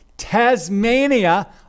Tasmania